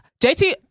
JT